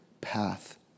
path